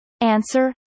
Answer